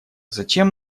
зачем